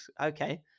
okay